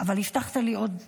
אבל הבטחת לי עוד דקה,